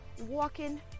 walking